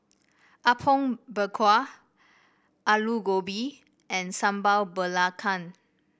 Apom Berkuah Aloo Gobi and Sambal Belacan